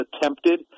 attempted